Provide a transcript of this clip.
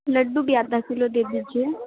لڈو بھی آدھا کلو دے دیجیے